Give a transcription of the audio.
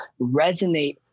resonate